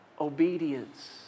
obedience